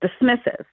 dismissive